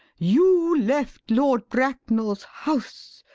you left lord bracknell's house,